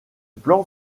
plan